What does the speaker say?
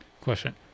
question